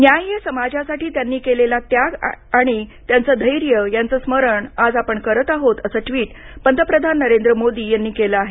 न्याय्य समाजासाठी त्यांनी केलेला त्याग आणि त्यांचं धैर्य यांचं स्मरण आपण आज करत आहोत असं ट्वीट पंतप्रधान नरेंद्र मोदी यांनी केलं आहे